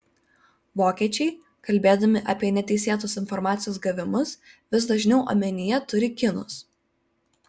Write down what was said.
vokiečiai kalbėdami apie neteisėtus informacijos gavimus vis dažniau omenyje turi kinus